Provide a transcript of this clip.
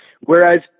Whereas